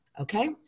okay